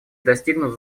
достигнут